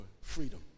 freedom